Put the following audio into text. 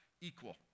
equal